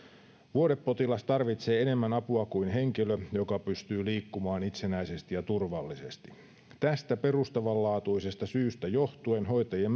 vuodepotilas tarvitsee enemmän apua kuin henkilö joka pystyy liikkumaan itsenäisesti ja turvallisesti tästä perustavanlaatuisesta syystä johtuen hoitajien